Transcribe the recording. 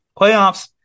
Playoffs